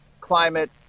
climate